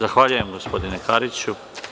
Zahvaljujem, gospodine Kariću.